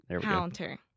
Counter